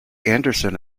anderson